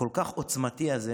הכל-כך עוצמתי הזה,